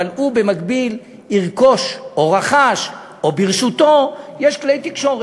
אבל במקביל הוא ירכוש או רכש או ברשותו כלי תקשורת.